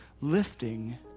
lifting